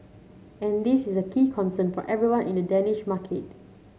and this is a key concern for everyone in the Danish market